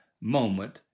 moment